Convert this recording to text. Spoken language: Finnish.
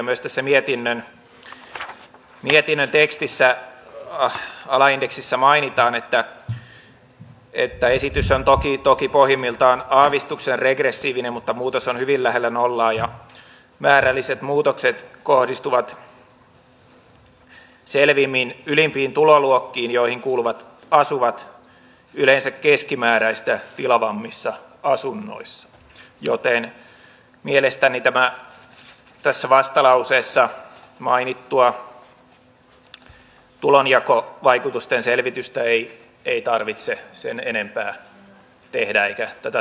myös tässä mietinnön tekstissä alaindeksissä mainitaan että esitys on toki pohjimmiltaan aavistuksen regressiivinen mutta muutos on hyvin lähellä nollaa ja määrälliset muutokset kohdistuvat selvimmin ylimpiin tuloluokkiin joihin kuuluvat asuvat yleensä keskimääräistä tilavammissa asunnoissa joten mielestäni tässä vastalauseessa mainittua tulonjakovaikutusten selvitystä ei tarvitse sen enempää tehdä eikä tätä tulonjakovaikutusta avata